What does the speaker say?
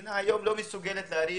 המדינה היום לא מסוגלת להרים